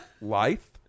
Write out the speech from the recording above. life